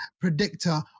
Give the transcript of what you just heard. predictor